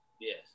Yes